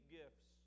gifts